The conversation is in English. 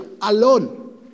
alone